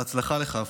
בהצלחה לך,